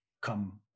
come